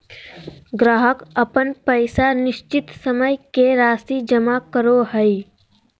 ग्राहक अपन पैसा निश्चित समय के राशि जमा करो हइ